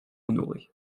honorée